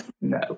No